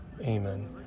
Amen